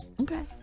Okay